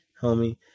homie